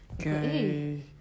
Okay